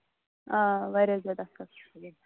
آ واریاہ زیادٕ اَصٕل